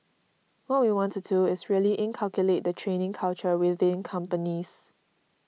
what we want to do is really inculcate the training culture within companies